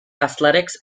athletics